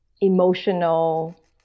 emotional